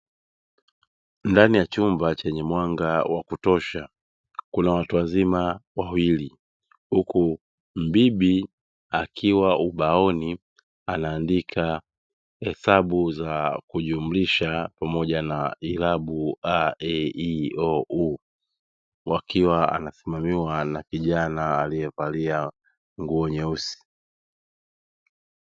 Ndani ya chumba chenye mwanga wa kutosha Kuna watu wazima wawili, huku mbibi akiwa ubaoni anaandika hesabu za kujumlisha pamoja na ilabu a, e, i, o, u. Wakiwa anasimamiwa na kijana aliyevalia nguo nyeusi.